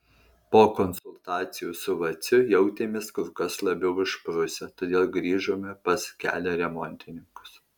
po konsultacijų su vaciu jautėmės kur kas labiau išprusę todėl grįžome pas kelio remontininkus